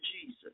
Jesus